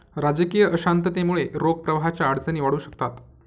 राजकीय अशांततेमुळे रोख प्रवाहाच्या अडचणी वाढू शकतात